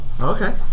Okay